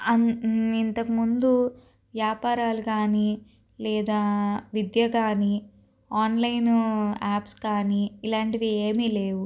ఇంతకముందు వ్యాపారాలు కానీ లేదా విద్య కానీ ఆన్లైన్ యాప్స్ కానీ ఇలాంటివి ఏమి లేవు